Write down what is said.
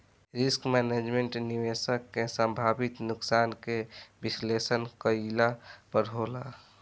risk management, निवेशक के संभावित नुकसान के विश्लेषण कईला पर होला